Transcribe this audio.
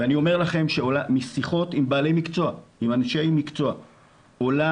אני אומר לכם שמשיחות עם אנשי מקצוע עולה